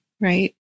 right